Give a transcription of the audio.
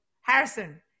harrison